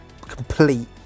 complete